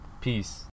Peace